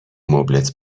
مبلت